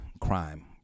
crime